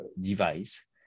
device